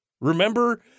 Remember